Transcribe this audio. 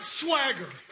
swagger